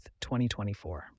2024